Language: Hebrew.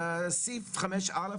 סעיף 5(א),